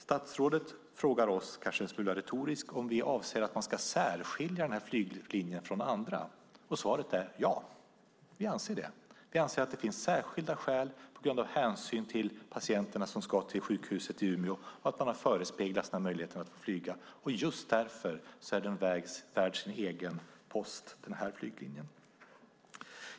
Statsrådet frågar oss, kanske är det retoriskt, om vi anser att man ska särskilja den här flyglinjen från andra. Svaret är: Ja, vi anser det. Vi anser att det finns särskilda skäl av hänsyn till patienter som ska till sjukhuset till Umeå. Man har förespeglats möjligheten att få flyga. Just därför är den här flyglinjen värd en egen post.